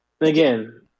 again